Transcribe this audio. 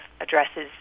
addresses